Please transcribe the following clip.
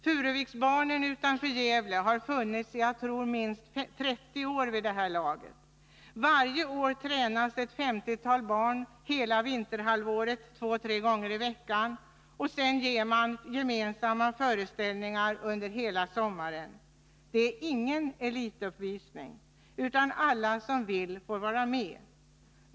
Furuviksbarnen utanför Gävle har funnits i minst 30 år vid det här laget. Varje år tränas ett femtiotal barn hela vinterhalvåret två tre gånger i veckan. Sedan ger man föreställningar under hela sommaren. Det är ingen elituppvisning, utan alla som vill får vara med.